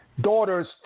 daughter's